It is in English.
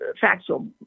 factual